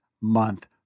month